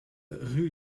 rue